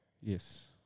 Yes